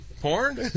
Porn